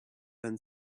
then